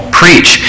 preach